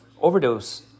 overdose